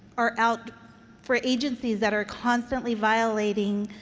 are out for agencies that are constantly violating,